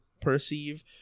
perceive